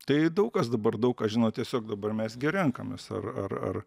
tai daug kas dabar daug ką žino tiesiog dabar mes renkamės ar ar ar